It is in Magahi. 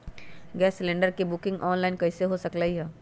गैस सिलेंडर के बुकिंग ऑनलाइन कईसे हो सकलई ह?